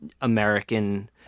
American